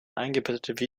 eingebettete